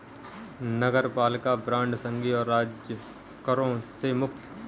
नगरपालिका बांड संघीय और राज्य करों से मुक्त हैं